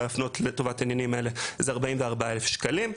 להפנות לטובת העניינים האלה זה 44,000 שקלים.